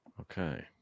Okay